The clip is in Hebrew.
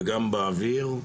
וגם באוויר.